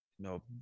No